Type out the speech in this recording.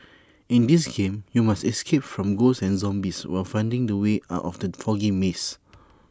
in this game you must escape from ghosts and zombies while finding the way out of the foggy maze